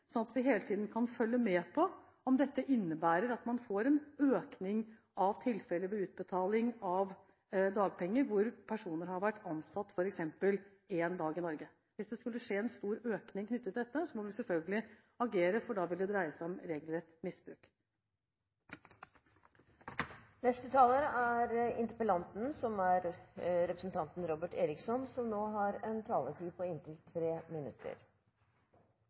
sånn at vi hele tiden kan følge med på om dette innebærer at man får en økning av tilfeller av utbetaling av dagpenger hvor personer har vært ansatt f.eks. én dag i Norge. Hvis det skulle skje en stor økning knyttet til dette, må vi selvfølgelig agere, for da vil det dreie seg om regelrett misbruk. Jeg takker for svaret. Statsråden er inne på veldig mange av de momentene og poengene som jeg selv er inne på,